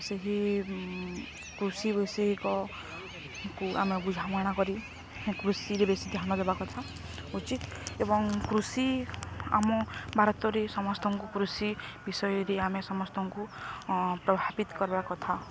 ସେହି କୃଷି ବୈଷୟିକକୁ ଆମେ ବୁଝାମଣା କରି କୃଷିରେ ବେଶୀ ଧ୍ୟାନ ଦେବା କଥା ଉଚିତ୍ ଏବଂ କୃଷି ଆମ ଭାରତରେ ସମସ୍ତଙ୍କୁ କୃଷି ବିଷୟରେ ଆମେ ସମସ୍ତଙ୍କୁ ପ୍ରଭାବିତ କରିବା କଥା